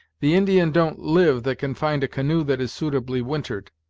the indian don't live that can find a canoe that is suitably wintered.